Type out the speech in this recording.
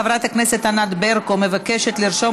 חברת הכנסת ענת ברקו מבקשת לרשום